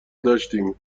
داشتیم